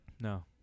No